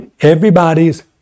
everybody's